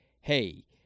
hey